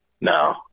No